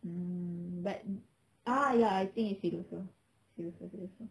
um but ah ya I think it's siloso siloso siloso